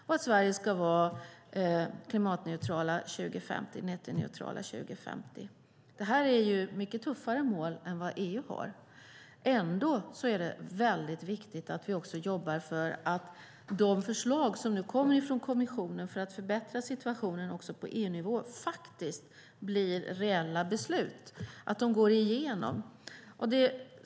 Dels ska Sverige vara klimatneutralt 2050. Det här är mycket tuffare mål än vad EU har. Ändå är det väldigt viktigt att vi också jobbar för att de förslag för att förbättra situationen på EU-nivå som nu kommer från kommissionen faktiskt blir reella beslut - att de går igenom.